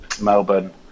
Melbourne